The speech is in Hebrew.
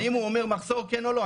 אם הוא אומר מחסור או לא,